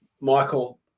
Michael